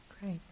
great